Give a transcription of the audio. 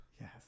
yes